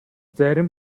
зарим